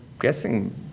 guessing